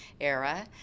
era